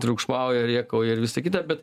triukšmauja rėkauja ir visa kita bet